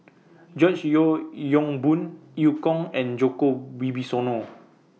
George Yeo Yong Boon EU Kong and Djoko Wibisono